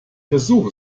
versuch